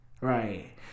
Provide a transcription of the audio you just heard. Right